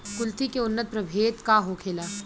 कुलथी के उन्नत प्रभेद का होखेला?